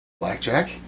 blackjack